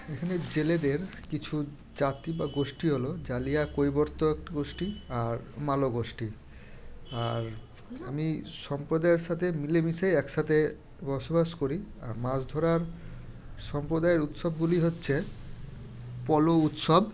এখানে জেলেদের কিছু জাতি বা গোষ্ঠী হলো জালিয়া কৈবর্ত একটা গোষ্ঠী আর মালো গোষ্ঠী আর আমি সম্প্রদায়ের সাথে মিলেমিশে একসাথে বসবাস করি আর মাছ ধরার সম্প্রদায়ের উৎসবগুলি হচ্ছে পলো উৎসব